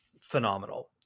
phenomenal